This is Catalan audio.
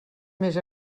més